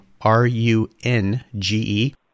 R-U-N-G-E